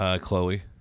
Chloe